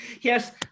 yes